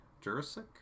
Jurassic